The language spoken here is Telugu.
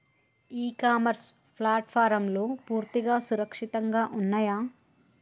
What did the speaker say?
ఇ కామర్స్ ప్లాట్ఫారమ్లు పూర్తిగా సురక్షితంగా ఉన్నయా?